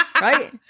right